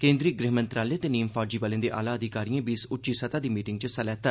केन्द्री गृह मंत्रालय ते नीम फौजी बलें दे आला अधिकारिएं बी इस उच्ची सतह दी मीटिंग च हिस्सा लैता